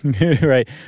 Right